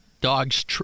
Dogs